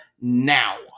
now